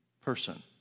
person